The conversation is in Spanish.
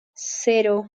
cero